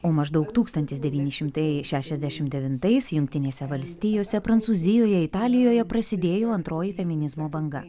o maždaug tūkstantis devyni šimtai šešiasdešim devintais jungtinėse valstijose prancūzijoje italijoje prasidėjo antroji feminizmo banga